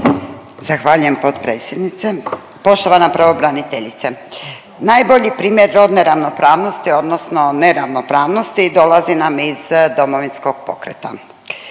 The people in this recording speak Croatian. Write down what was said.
Zahvaljujem potpredsjednice. Poštovana pravobraniteljice, najbolji primjer rodne ravnopravnosti odnosno neravnopravnosti dolazi nam iz DP-a. njihov program